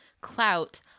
clout